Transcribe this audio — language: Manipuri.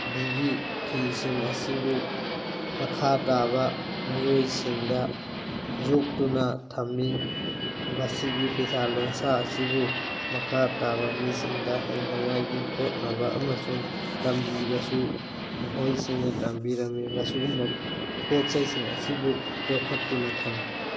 ꯕꯤꯒꯤ ꯐꯤꯁꯤꯡ ꯑꯁꯤꯕꯨ ꯃꯈꯥ ꯇꯥꯕ ꯃꯤꯑꯣꯏꯁꯤꯡꯗ ꯌꯣꯛꯇꯨꯅ ꯊꯝꯃꯤ ꯃꯁꯤꯒꯤ ꯐꯤꯁꯥ ꯂꯣꯟꯁꯥ ꯑꯁꯤꯕꯨ ꯃꯈꯥ ꯇꯥꯕ ꯃꯤꯁꯤꯡꯗ ꯍꯩꯅꯉꯥꯏꯒꯤ ꯍꯣꯠꯅꯕ ꯑꯃꯁꯨꯡ ꯇꯝꯕꯤꯕꯁꯨ ꯃꯈꯣꯏꯁꯤꯡꯅ ꯇꯝꯕꯤꯔꯝꯃꯤ ꯃꯁꯤꯒꯨꯝꯕ ꯄꯣꯠꯆꯩꯁꯤꯡ ꯑꯁꯤꯕꯨ ꯌꯣꯛꯈꯠꯇꯨꯅ ꯊꯝꯃꯤ